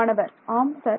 மாணவர் ஆம் சார்